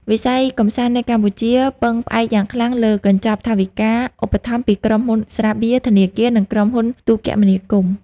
វិស័យកម្សាន្តនៅកម្ពុជាពឹងផ្អែកយ៉ាងខ្លាំងលើកញ្ចប់ថវិកាឧបត្ថម្ភពីក្រុមហ៊ុនស្រាបៀរ ធនាគារ និងក្រុមហ៊ុនទូរគមនាគមន៍។